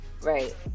right